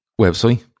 website